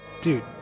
Dude